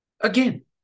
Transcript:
again